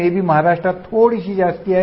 may be महाराष्ट्रात थोडीशी जास्त आहे